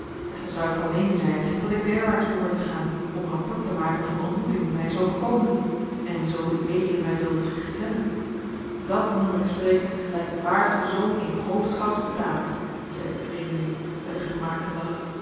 echter zou ik van meening zijn dat ik derwaarts behoor te gaan om rapport te maken van de ontmoeting die mij is overkomen en zoo ued mij wildet vergezellen dat noem ik spreken gelijk den waardigen zoon eens hoofdschouts betaamt zeide de vreemdeling met een gemaakten lach